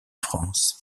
france